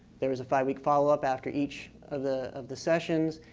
there was a five week follow up after each of the of the sessions.